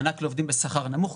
מענק לעובדים בשכר נמוך,